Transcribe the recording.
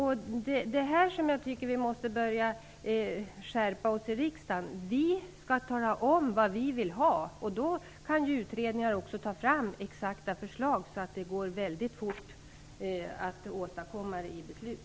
Här tycker jag att vi måste börja skärpa oss i riksdagen. Vi skall tala om vad vi vill ha. Utredningar kan ta fram exakta förslag så att det går väldigt fort att åstadkomma beslut.